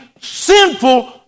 sinful